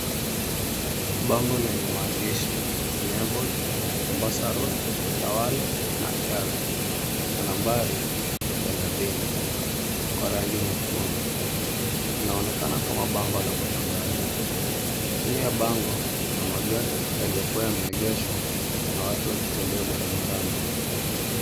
Bango lenye maandishi Enabled, Mombasa road, Utalala na Airways na nambari 30 Kwa rangi nyekundu. Linaonekana kama bango la matangazo. Chini ya bango kuna magari yaliyokuwa yameegeshwa na watu wakitembea barabarani.